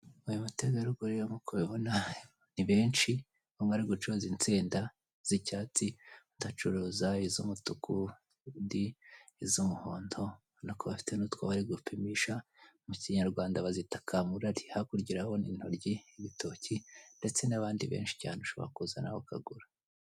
Aba bategarugori nk'uko ubibona, ni benshi umwe ari gucuruza insenda z'icyatsi, undi acuruza iz'umutuku, undi iz'umuhondo, urabona ko bafite n'utwo bari gupimisha, mu Kinyarwanda bazita kakamurari. Hakurya urahabona n'intoryi, ibitoki ndetse n'abandi benshi cyane ushobora kuza nawe ukagura.